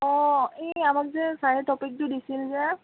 অঁ এই আমাক যে ছাৰে টপিকটো যে দিছিল যে